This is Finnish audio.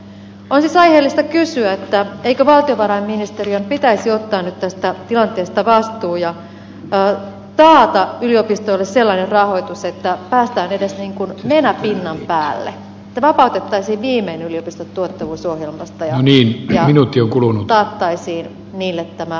on siis aiheellista kysyä eikö valtiovarainministeriön pitäisi ottaa nyt tästä tilanteesta vastuu ja taata yliopistoille sellainen rahoitus että saadaan edes ikään kuin nenä pinnan päälle että vapautettaisiin viimein yliopistot tuottavuusohjelmasta ja taattaisiin niille luvattu työnantajamaksu